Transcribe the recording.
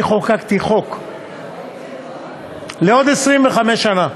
אני חוקקתי חוק לעוד 25 שנה,